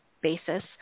basis